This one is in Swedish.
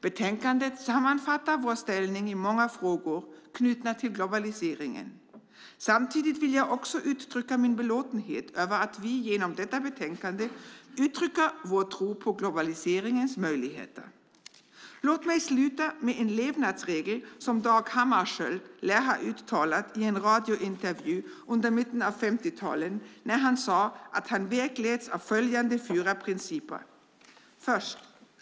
Betänkandet sammanfattar vår ställning i många frågor som är knutna till globaliseringen. Samtidigt vill jag uttrycka min belåtenhet över att vi genom detta betänkande uttrycker vår tro på globaliseringens möjligheter. Låt mig sluta med en levnadsregel som Dag Hammarskjöld lär ha uttalat i en radiointervju i mitten av 1950-talet. Han sade att han vägleds av följande fyra principer: 1.